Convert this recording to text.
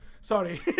Sorry